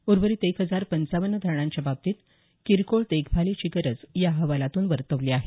उर्वरित एक हजार पंचावन्न धरणांच्या बाबतीत किरकोळ देखभालीची गरज या अहवालातून वर्तवली आहे